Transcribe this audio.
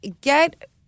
get